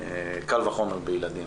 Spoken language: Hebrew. קל וחומר בילדים.